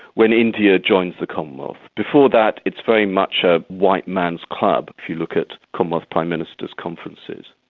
when india joins the commonwealth. before that, it's very much a white man's club, if you look at commonwealth prime ministers' conferences.